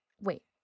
wait